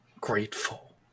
grateful